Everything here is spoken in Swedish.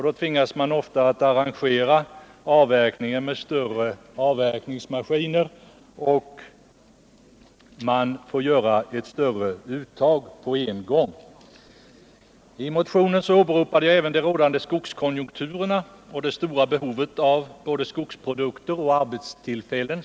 Då tvingas man ofta arrangera avverkningen med större avverkningsmaskiner, och man får ta ett större uttag på en gång. I motionen åberopade jag även de rådande skogskonjunkturerna och det stora behovet av både skogsprodukter och arbetstillfällen.